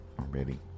already